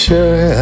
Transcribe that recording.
Sure